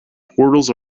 portals